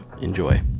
Enjoy